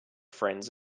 friends